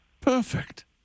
Perfect